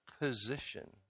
position